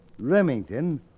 Remington